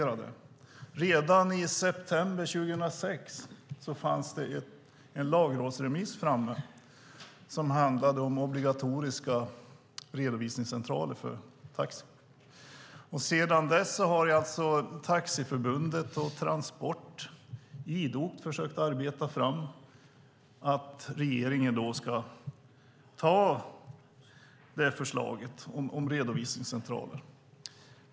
Redan i september 2006 fanns det en lagrådsremiss framme som handlade om obligatoriska redovisningscentraler för taxi. Sedan dess har alltså Taxiförbundet och Transport idogt försökt arbeta fram att regeringen ska ta förslaget om redovisningscentraler.